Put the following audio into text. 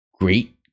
great